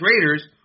Raiders